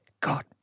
God